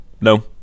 No